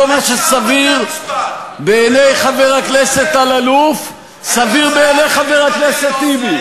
לא מה שסביר בעיני חבר הכנסת אלאלוף סביר בעיני חבר הכנסת טיבי,